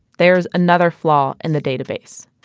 there is another flaw in the database